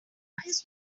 his